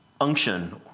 Unction